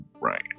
Right